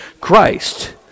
Christ